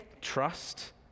trust